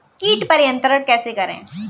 कीट पर नियंत्रण कैसे करें?